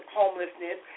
homelessness